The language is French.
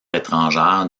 étrangères